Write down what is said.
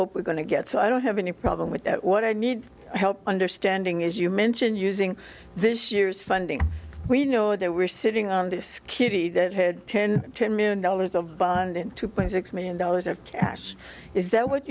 hope we're going to get so i don't have any problem with that what i need help understanding is you mention using this year's funding we know that we're sitting on this kitty that had ten ten million dollars of bond in two point six million dollars of cash is that what